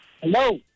Hello